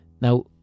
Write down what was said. Now